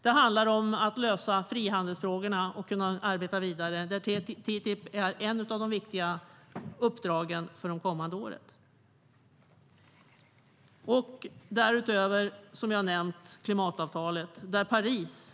Det handlar om att lösa frihandelsfrågorna och kunna arbeta vidare, och där är TTIP ett av de viktiga uppdragen för det kommande året. Därutöver är det klimatavtalet, som jag har nämnt.